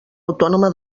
autònoma